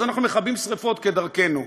ואז אנחנו מכבים שרפות, כדרכנו.